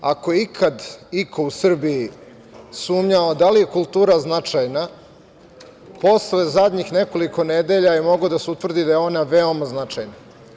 Ako je ikada iko u Srbiji sumnjao da li je kultura značajna, posle zadnjih nekoliko nedelja je moglo da se utvrdi da je ona veoma značajna.